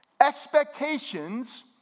expectations